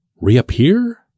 reappear